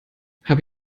habe